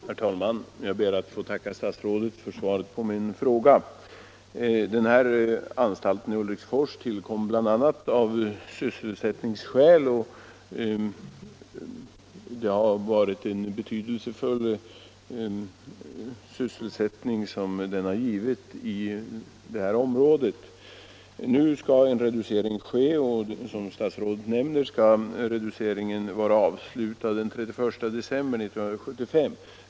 Herr talman! Jag ber att få tacka statsrådet för svaret på min fråga. Anstalten i Ulriksfors tillkom av bl.a. sysselsättningsskäl, och de arbetstillfällen som härigenom skapades har varit av betydelse för det här området. Nu skall antalet platser vid anstalten reduceras. Som statsrådet nämner i svaret, skall denna reducering vara avslutad senast den 31 december 1975.